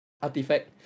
artifact